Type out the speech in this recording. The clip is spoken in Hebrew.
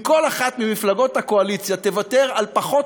אם כל אחת ממפלגות הקואליציה תוותר על פחות